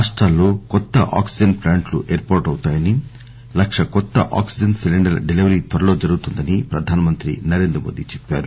రాష్టాల్లో కొత్త ఆక్సిజన్ ప్లాంట్లు ఏర్పాటవుతాయని లక్ష కొత్ ఆక్సిజన్ సిలీండర్ల డెలివరీ త్వరలో జరుగుతుందని ప్రధానమంత్రి నరేంద్ర మోదీ చెప్పారు